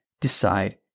decide